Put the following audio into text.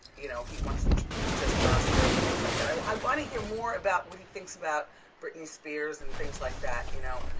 you know, he wants to do just gospel and things like that. i wanna hear more about what he thinks about brittany spears and things like that, you know?